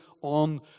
on